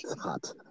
hot